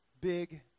big